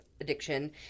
addiction